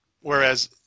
whereas